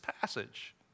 passage